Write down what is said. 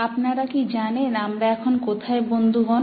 আপনারা কি জানেন আমরা এখন কোথায় বন্ধুগণ